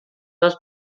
dos